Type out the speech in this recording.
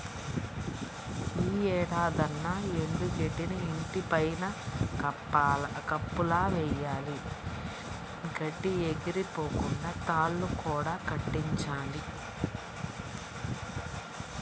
యీ ఏడాదన్నా ఎండు గడ్డిని ఇంటి పైన కప్పులా వెయ్యాల, గడ్డి ఎగిరిపోకుండా తాళ్ళు కూడా కట్టించాలి